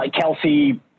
Kelsey